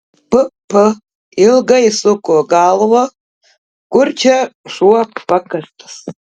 pp ilgai suko galvą kur čia šuo pakastas